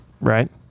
right